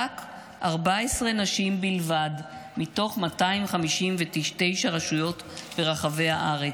14 נשים בלבד מתוך 259 רשויות ברחבי הארץ.